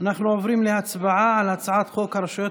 אנחנו עוברים להצבעה על הצעת חוק הרשויות